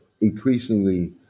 increasingly